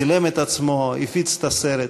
צילם את עצמו, הפיץ את הסרט.